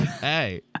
hey